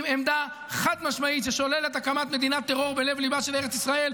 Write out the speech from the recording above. עם עמדה חד-משמעית ששוללת הקמת מדינת טרור בלב ליבה של ארץ ישראל,